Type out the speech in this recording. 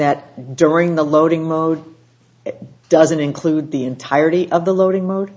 that during the loading mode it doesn't include the entirety of the loading mode